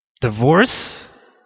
divorce